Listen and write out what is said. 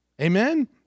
Amen